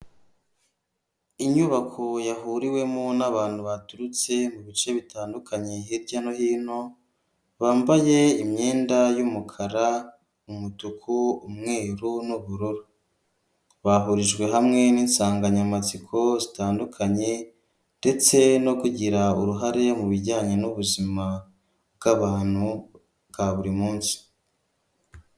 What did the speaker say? Inyubako yahuriwemo n'abantu baturutse mu bice bitandukanye hirya no hino, bambaye imyenda y'umukara, umutuku, umweru, n'ubururu. Bahurijwe hamwe ninsanganyamatsiko zitandukanye ndetse no kugira uruhare mu bijyanye nubuzima bw'abantu bwa buri munsi.